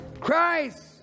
Christ